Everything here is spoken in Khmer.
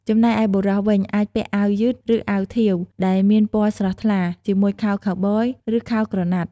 ចំណែកឯបុរសវិញ អាចពាក់អាវយឺត ឬអាវធាវដែលមានពណ៌ស្រស់ថ្លា ជាមួយខោខូវប៊យ ឬខោក្រណាត់។